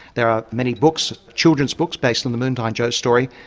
there are many books, children's books, based on the moondyne joe story,